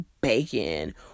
bacon